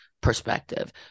perspective